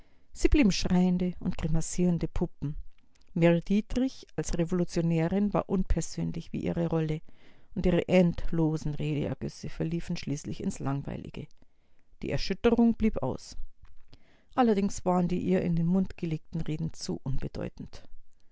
sie blieben schreiende und grimassierende puppen mary dietrich als revolutionärin war unpersönlich wie ihre rolle und ihre endlosen redeergüsse verliefen schließlich ins langweilige die erschütterung blieb aus allerdings waren die ihr in den mund gelegten reden zu unbedeutend